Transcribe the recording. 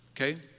okay